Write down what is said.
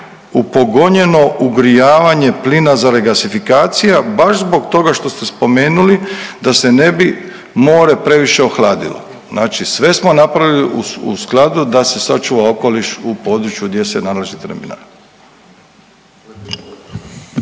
upogonjeno ugrijavanje plina za regasifikacija zbog toga što ste spomenuli da se ne bi more previše ohladilo. Znači sve smo napravili u skladu da se sačuva okoliš u području gdje se nalazi terminal.